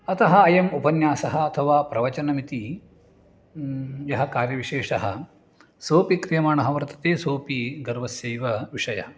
अतः अयम् उपन्यासः अथवा प्रवचनमिति यः कार्यविशेषः सोपि क्रियमाणः वर्तते सोपि गर्वस्यैव विषयः